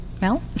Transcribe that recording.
Mel